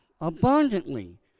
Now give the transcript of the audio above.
abundantly